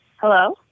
Hello